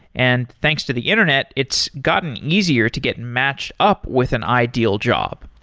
and thanks to the internet, it's gotten easier to get matched up with an ideal job.